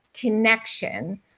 connection